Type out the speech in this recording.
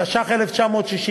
התש"ך 1960,